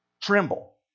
tremble